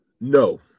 no